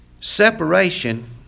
Separation